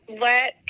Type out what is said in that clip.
let